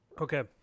Okay